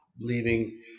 leaving